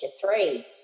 three